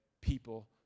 people